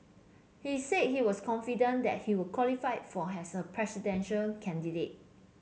he said he was confident that he would qualify for has a presidential candidate